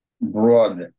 broad